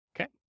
okay